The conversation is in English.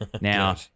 Now